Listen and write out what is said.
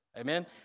Amen